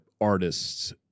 artists